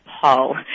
Paul